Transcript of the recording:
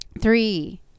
three